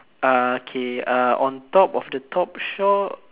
uh K uh on top of the top shelf